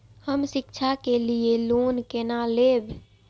हम शिक्षा के लिए लोन केना लैब?